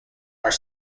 are